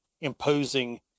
imposing